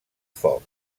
foc